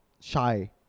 shy